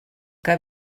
que